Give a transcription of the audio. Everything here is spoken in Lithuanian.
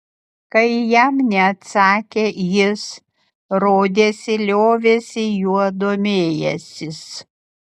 kai jam neatsakė jis rodėsi liovėsi juo domėjęsis